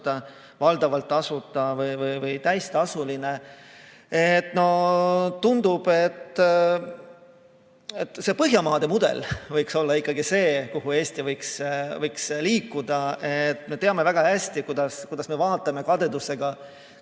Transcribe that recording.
valdavalt tasuta või täistasuline. Tundub, et Põhjamaade mudel võiks olla see, mille poole Eesti võiks liikuda. Me teame väga hästi, kuidas me vaatame kadedusega, kuidas